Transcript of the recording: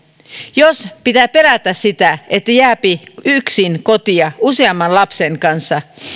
jos pitää pelätä sitä että jää yksin kotiin useamman lapsen kanssa